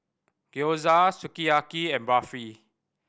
Gyoza Sukiyaki and Barfi